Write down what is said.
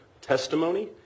Testimony